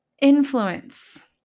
Influence